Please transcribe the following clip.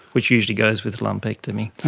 which usually goes with lumpectomy.